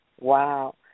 Wow